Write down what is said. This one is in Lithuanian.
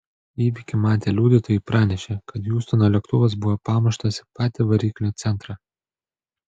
įvykį matę liudytojai pranešė kad hjustono lėktuvas buvo pamuštas į patį variklio centrą